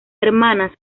hermanas